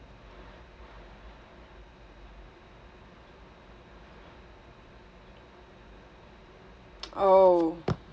oh